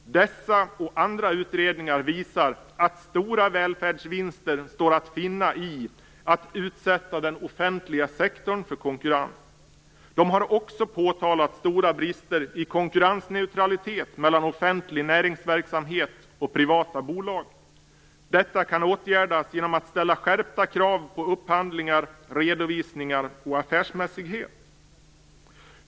Dessa och andra utredningar visar att stora välfärdsvinster står att finna i att utsätta den offentliga sektorn för konkurrens. De har också påtalat stora brister i konkurrensneutraliteten mellan offentlig näringsverksamhet och privata bolag. Detta kan åtgärdas genom skärpta krav på upphandlingar, redovisningar och affärsmässighet.